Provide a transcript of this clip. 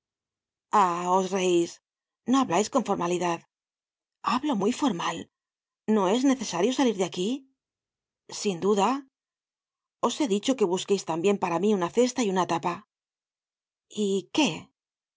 no hablais con formalidad hablo muy formal no es necesario salir de aquí sin duda os he dicho que busqueis tambien para mí una cesta y una tapa y qué